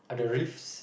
interest